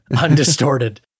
undistorted